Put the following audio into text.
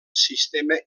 sistema